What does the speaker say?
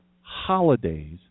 holidays